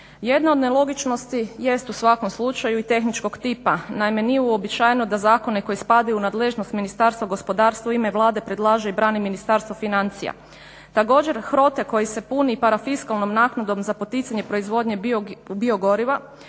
Jedna od nelogičnosti jest u svakom slučaju i tehničkog tipa. Naime, nije uobičajeno da zakone koji spadaju u nadležnost Ministarstva gospodarstva u ime Vlade i predlaže i brani Ministarstvo financija. Također HROTE koji se puni parafiskalnom naknadom za poticanje proizvodnje biogoriva